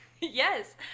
Yes